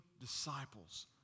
disciples